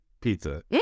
pizza